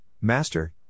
Master